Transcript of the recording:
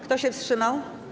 Kto się wstrzymał?